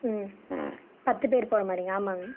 ம் பத்து பேர் போகிற மாதிரிங்க ஆமாங்க